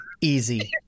Easy